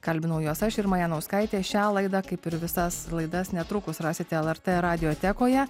kalbinau juos aš irma janauskaitė šią laidą kaip ir visas laidas netrukus rasite lrt radiotekoje